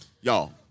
y'all